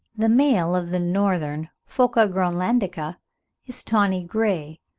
the male of the northern phoca groenlandica is tawny grey,